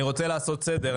אני רוצה לעשות סדר,